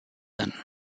then